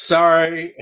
Sorry